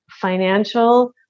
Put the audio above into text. financial